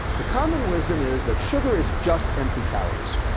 the common wisdom is that sugar is just empty calories.